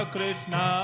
Krishna